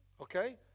Okay